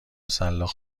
سلاخ